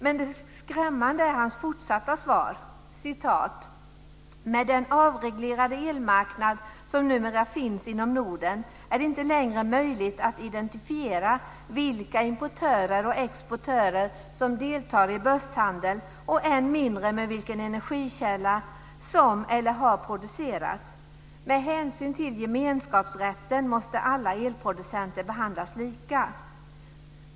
Men det skrämmande är hans fortsatta svar: "Med den avreglerade elmarknad som numera finns inom Norden är det inte längre möjligt att identifiera vilka importörer och exportörer som deltar i börshandeln och än mindre med vilken energikälla som el har producerats. Med hänsyn till gemenskapsrätten måste alla elproducenter behandlas lika."